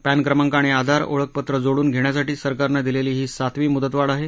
पद्ध क्रमांक आणि आधार ओळखपत्र जोडून घेण्यासाठी सरकारनं दिलेली ही सातवी मुदवाढ आहे